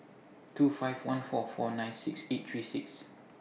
two five one four four nine six eight three six